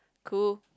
cool